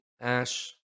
Ash